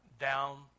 down